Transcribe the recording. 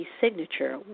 Signature